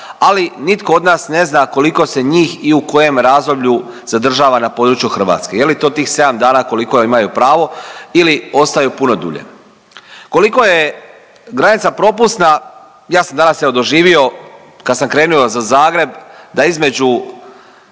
ali nitko od nas ne zna koliko se njih i u kojem razdoblju zadržava na području Hrvatske. Je li to tih 7 dana koliko imaju pravo ili ostaju puno dulje. Koliko je granica propusna, ja sam evo, doživio kad sam krenio za Zagreb, da između